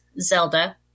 Zelda